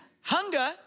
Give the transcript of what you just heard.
hunger